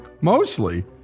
mostly